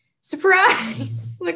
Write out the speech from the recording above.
surprise